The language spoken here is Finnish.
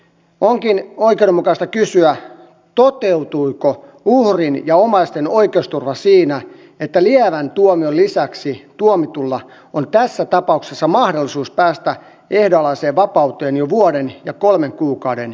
onkin oikeudenmukaista kysyä toteutuiko uhrin ja omaisten oikeusturva siinä että lievän tuomion lisäksi tuomitulla on tässä tapauksessa mahdollisuus päästä ehdonalaiseen vapauteen jo vuoden ja kolmen kuukauden jälkeen